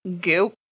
goop